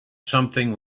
something